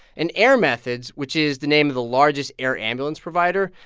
and air methods, which is the name of the largest air ambulance provider,